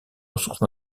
ressources